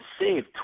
saved